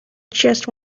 just